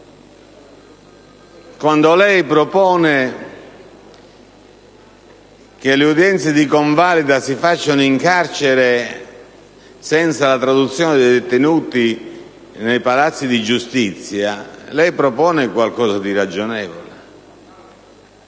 Quando lei propone che le udienze di convalida vengano fatte in carcere senza la traduzione dei detenuti nei palazzi di giustizia, propone qualcosa di ragionevole.